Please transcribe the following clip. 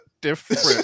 different